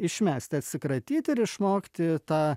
išmest atsikratyt ir išmokti tą